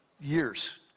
years